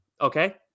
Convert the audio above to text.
Okay